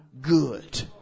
good